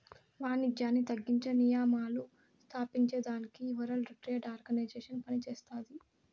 వానిజ్యాన్ని తగ్గించే నియమాలు స్తాపించేదానికి ఈ వరల్డ్ ట్రేడ్ ఆర్గనైజేషన్ పనిచేస్తాది